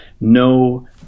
no